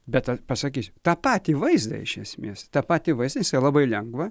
bet pasakysiu tą patį vaizdą iš esmės tą patį vaizdą jisai labai lengva